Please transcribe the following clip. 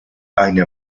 eine